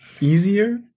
Easier